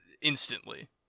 instantly